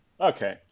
Okay